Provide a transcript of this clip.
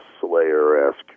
slayer-esque